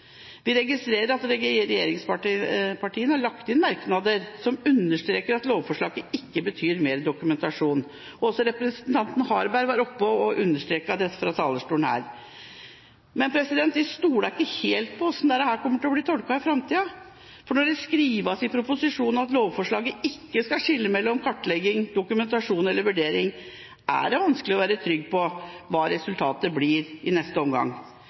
Vi registrerer at regjeringspartiene har lagt inn merknader som understreker at lovforslaget ikke betyr mer dokumentasjon. Også representanten Harberg var oppe og understreket det fra talerstolen. Men vi stoler ikke helt på hvordan dette kommer til å bli tolket i framtida, for når det skrives i proposisjonen at lovforslaget ikke skal skille mellom kartlegging, dokumentasjon eller vurdering, er det vanskelig å være trygg på hva resultatet blir i neste omgang.